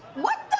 what